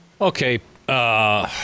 Okay